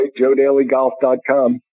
JoeDailyGolf.com